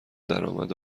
درامد